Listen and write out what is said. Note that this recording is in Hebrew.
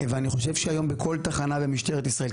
ואני חושב שהיום בכל תחנה במשטרת ישראל,